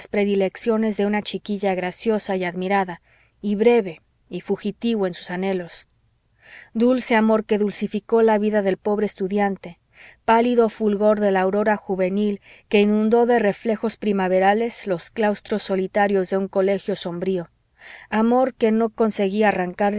predilecciones de una chiquilla graciosa y admirada y breve y fugitivo en sus anhelos dulce amor que dulcificó la vida del pobre estudiante pálido fulgor de la aurora juvenil que inundó de reflejos primaverales los claustros solitarios de un colegio sombrío amor que no conseguí arrancar